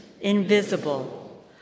invisible